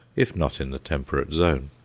if not in the temperate zone.